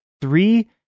three